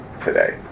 today